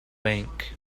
bank